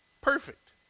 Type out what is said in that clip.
Perfect